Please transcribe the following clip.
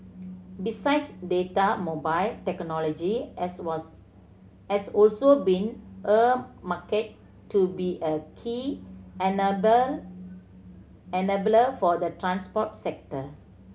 besides data mobile technology has has also been earmarked to be a key enable enabler for the transport sector